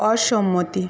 অসম্মতি